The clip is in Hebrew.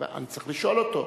אני צריך לשאול אותו.